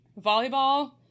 Volleyball